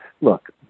Look